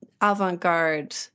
avant-garde